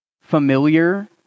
familiar